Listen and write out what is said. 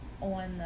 on